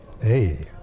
Hey